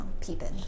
peeping